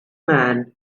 man